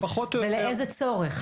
ולאיזה צורך.